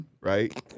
right